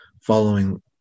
following